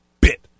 bit